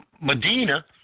Medina